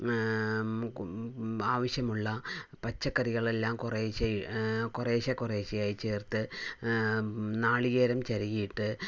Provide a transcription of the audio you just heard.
ആവശ്യമുള്ള പച്ചക്കറികൾ എല്ലാം കുറേശ്ശെ കുറേശ്ശെ കുറേശ്ശെയായി ചേർത്ത് നാളികേരം ചിരകിയിട്ട്